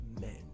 men